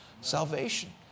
Salvation